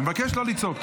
אני מבקש לא לצעוק.